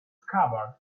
scabbard